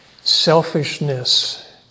Selfishness